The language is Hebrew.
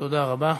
תודה רבה.